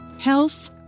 health